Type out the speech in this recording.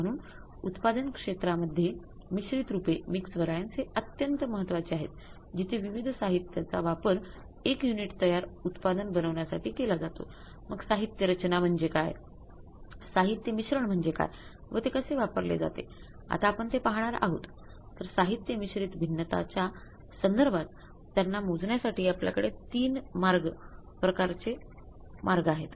म्हणून उत्पादन क्षेत्रामधेय मिश्रित रूपे च्या संधर्भात त्यांना मोजण्यासाठी आपल्याकडे ३ मार्ग प्रकारचे मार्ग आहेत